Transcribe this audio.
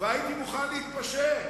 והייתי מוכן להתפשר.